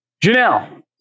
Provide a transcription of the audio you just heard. Janelle